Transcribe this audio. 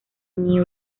new